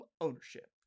ownership